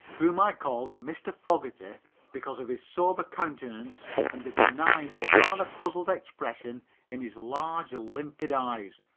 whom i called mr. fogerty because of his sober countenance and the benign but rather puzzled expression in his large, limpid eyes,